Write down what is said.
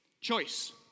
Choice